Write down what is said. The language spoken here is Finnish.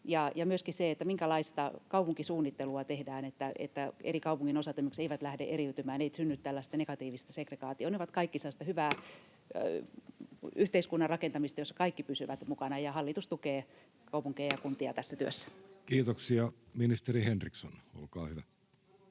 myöskin se, minkälaista kaupunkisuunnittelua tehdään, että eri kaupunginosat esimerkiksi eivät lähde eriytymään eikä synny tällaista negatiivista segregaatiota. Ne ovat kaikki sellaista hyvän yhteiskunnan rakentamista, jossa kaikki pysyvät mukana, ja hallitus tukee kaupunkeja ja kuntia tässä työssä. Kiitoksia. — Ministeri Henriksson, olkaa hyvä.